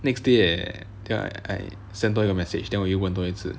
next day eh then I I send 多一个 message then 我有问多一次